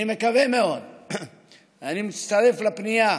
אני מקווה מאוד, אני מצטרף לפנייה